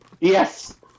Yes